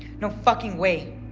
no fucking way.